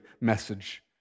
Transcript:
message